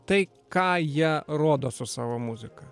tai ką jie rodo su savo muzika